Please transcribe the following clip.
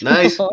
Nice